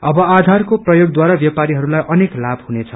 अग आधारको प्रयोगद्वारा व्यापारीहरूलाई अनेक लाम् हुनेछ